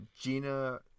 Gina